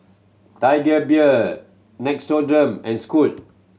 Tiger Beer Nixoderm and Scoot